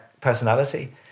personality